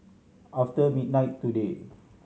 after midnight today